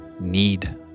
need